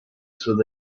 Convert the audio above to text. through